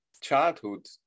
childhood